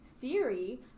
theory